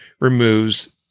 removes